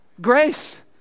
Grace